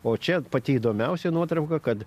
o čia pati įdomiausia nuotrauka kad